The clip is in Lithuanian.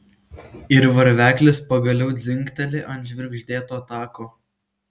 ir varveklis pagaliau dzingteli ant žvirgždėto tako